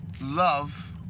love